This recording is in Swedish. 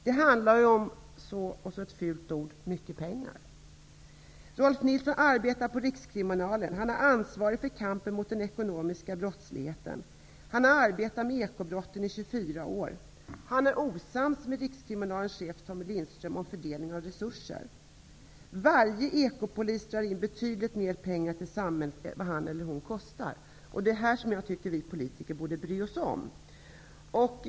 Det handlar ju om så ''-- och så ett fult ord --'' mycket pengar! Rolf Nilsson arbetar på rikskriminalen. Han är ansvarig för kampen mot den ekonomiska brottsligheten. Ekobrott har han arbetat med i 24 år. Han är osams med rikskriminalens chef Tommy Lindström om fördelningen av resurser.'' -- ''Varje ekopolis drar in betydligt mer pengar till samhället än vad han eller hon kostar.'' Det är detta som jag tycker att vi politiker borde bry oss om.